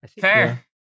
fair